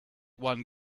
one